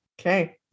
Okay